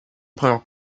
premières